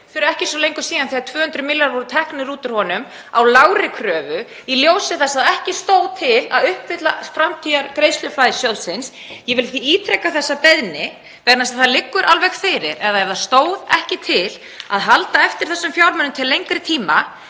fyrir ekki svo löngu síðan, þegar 200 milljarðar voru teknir út úr honum á lágri kröfu, í ljósi þess að ekki stóð til að uppfylla framtíðargreiðsluflæði sjóðsins. Ég vil ítreka þessa beiðni vegna þess að það liggur alveg fyrir að ef það stóð ekki til að halda eftir þessum fjármunum til lengri tíma,